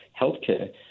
healthcare